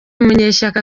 munyeshyaka